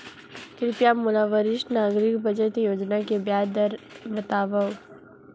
कृपया मोला वरिष्ठ नागरिक बचत योजना के ब्याज दर बतावव